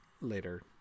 later